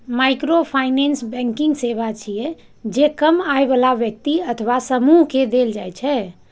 microfinance banking सेवा छियै, जे कम आय बला व्यक्ति अथवा समूह कें देल जाइ छै